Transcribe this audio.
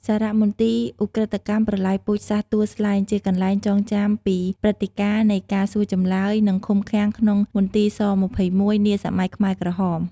សារមន្ទីរឧក្រិដ្ឋកម្មប្រល័យពូជសាសន៍ទួលស្លែង ជាកន្លែងចងចាំពីព្រឹត្តការណ៍នៃការសួរចម្លើយ និងឃុំឃាំងក្នុងមន្ទីរ ស-២១ នាសម័យខ្មែរក្រហម។